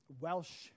Welsh